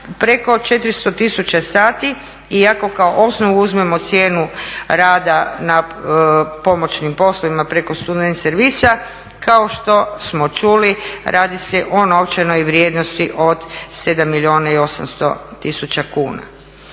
preko 400 tisuća sati. I ako kao osnovu uzmemo cijenu rada na pomoćnim poslovima preko student servisa kao što smo čuli radi se o novčanoj vrijednosti od 7 milijuna